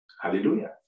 Hallelujah